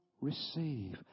receive